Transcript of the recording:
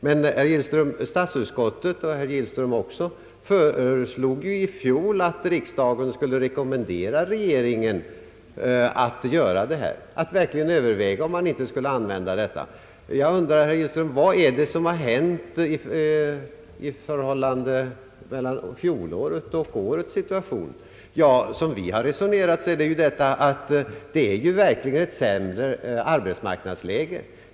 Men statsutskottet och även herr Gillström föreslog i fjol att riksdagen skulle rekommendera regeringen att verkligen överväga om man inte skulle använda dessa medel. Jag undrar, herr Gillström, vad det är som har hänt och som skiljer årets situation från fjolårets. Enligt vårt resonemang ligger skillnaden i det sämre arbetsmarknadsläget.